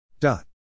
dot